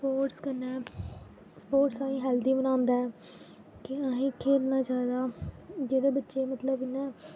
sports कन्नै sports असें ई हेल्थी बनांदा ऐ कि अहें खेल्लना चाहि्दा जेह्ड़े बच्चे मतलब इ'यां